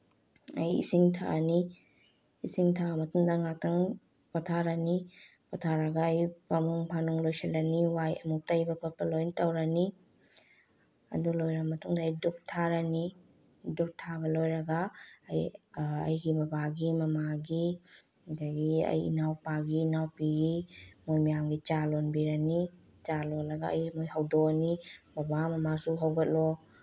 ꯑꯩ ꯏꯁꯤꯡ ꯊꯛꯑꯅꯤ ꯏꯁꯤꯡ ꯊꯛꯑ ꯃꯇꯨꯡꯗ ꯉꯥꯇꯪ ꯄꯣꯊꯥꯔꯅꯤ ꯄꯣꯊꯥꯔꯒ ꯑꯩ ꯐꯃꯨꯡ ꯐꯥꯅꯨꯡ ꯂꯣꯏꯁꯤꯜꯂꯅꯤ ꯋꯥꯏ ꯑꯃꯨꯛ ꯇꯩꯕ ꯈꯣꯠꯄ ꯂꯣꯏꯅ ꯇꯧꯔꯅꯤ ꯑꯗꯨ ꯂꯣꯏꯔ ꯃꯇꯨꯡꯗ ꯑꯩ ꯙꯨꯞ ꯊꯥꯔꯅꯤ ꯙꯨꯞ ꯊꯥꯕ ꯂꯣꯏꯔꯒ ꯑꯩ ꯑꯩꯒꯤ ꯕꯕꯥꯒꯤ ꯃꯃꯥꯒꯤ ꯑꯗꯒꯤ ꯑꯩ ꯏꯅꯥꯎꯄꯥꯒꯤ ꯏꯅꯥꯎꯄꯤꯒꯤ ꯃꯣꯏ ꯃꯌꯥꯝꯒꯤ ꯆꯥ ꯂꯣꯟꯕꯤꯔꯅꯤ ꯆꯥ ꯂꯣꯜꯂꯒ ꯑꯩ ꯃꯣꯏ ꯍꯧꯗꯣꯛꯑꯅꯤ ꯕꯕꯥ ꯃꯃꯥꯁꯨ ꯍꯧꯒꯠꯂꯣ